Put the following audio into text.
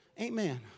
amen